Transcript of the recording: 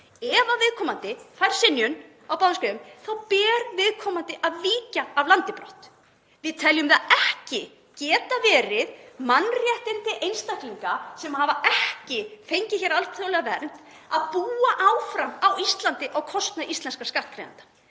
— ef viðkomandi fær synjun á báðum stöðum þá ber viðkomandi að víkja af landi brott. Við teljum það ekki geta verið mannréttindi einstaklinga, sem hafa ekki fengið alþjóðlega vernd, að búa áfram á Íslandi á kostnað íslenskra skattgreiðenda.